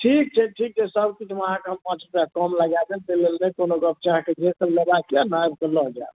ठीक छै ठीक छै सभकिछुमे अहाँके हम पाँच रुपैआ कम लगा देब तै लेल कोनो गॉप छै अहाँके जे सभ लेबाक यऽ ने आबि कऽ लऽ जायब